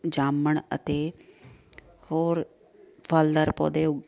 ਜਾਮਣ ਅਤੇ ਹੋਰ ਫਲਦਾਰ ਪੌਦੇ ਉ